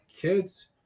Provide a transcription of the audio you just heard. kids